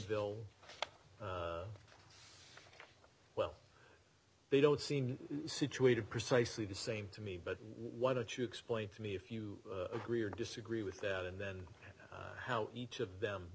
still well they don't seem situated precisely the same to me but why don't you explain to me if you agree or disagree with that and then how each of them